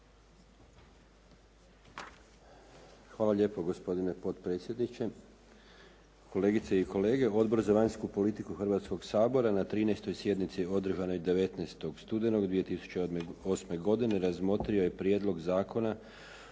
Hvala lijepo gospodine potpredsjedniče. Kolegice i kolege, Odbor za vanjsku politiku Hrvatskog sabora na 13. sjednici održanoj 19. studenog 2008. godine razmotrio je Prijedlog zakona